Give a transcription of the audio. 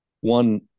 One